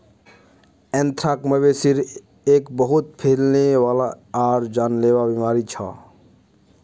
anthrax, मवेशिर एक बहुत फैलने वाला आर जानलेवा बीमारी छ